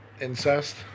incest